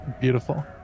beautiful